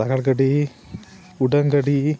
ᱥᱟᱜᱟᱲ ᱜᱟᱹᱰᱤ ᱩᱰᱟᱹᱱ ᱜᱟᱹᱰᱤ